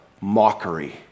mockery